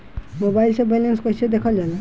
Mobile से balance कइसे देखल जाला?